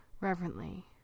reverently